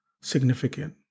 significant